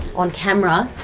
on camera,